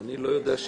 הוועדה.